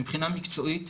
מבחינה מקצועית,